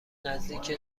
نزدیک